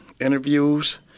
interviews